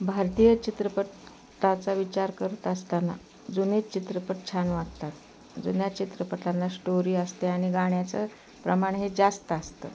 भारतीय चित्रपटाचा विचार करत असताना जुने चित्रपट छान वाटतात जुन्या चित्रपटांना स्टोरी असते आणि गाण्याचं प्रमाण हे जास्त असतं